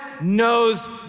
knows